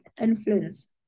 influence